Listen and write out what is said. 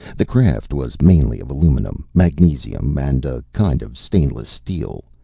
the craft was mainly of aluminum, magnesium and a kind of stainless steel,